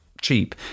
Cheap